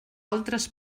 altres